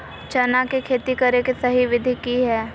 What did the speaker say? चना के खेती करे के सही विधि की हय?